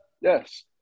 Yes